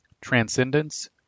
Transcendence